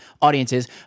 audiences